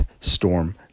storm